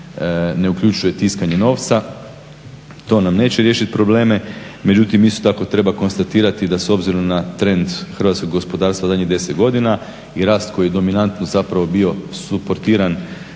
ne uključuje tiskanje novac, to nam neće riješit probleme, međutim isto tako treba konstatirati da s obzirom na trend hrvatskog gospodarstva zadnjih 10 godina i rast koji je dominantno zapravo bio suportiran